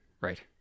right